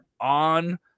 on